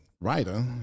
writer